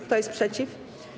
Kto jest przeciw?